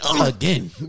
Again